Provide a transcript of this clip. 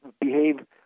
behave